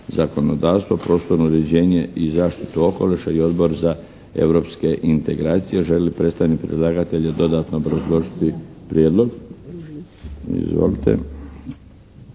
zakonodavstvo, prostorno uređenje i zaštitu okoliša i Odbor za europske integracije. Želi li predstavnik predlagatelja dodatno obrazložiti Prijedlog? Izvolite.